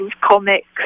comics